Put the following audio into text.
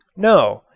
no,